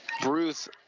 Bruce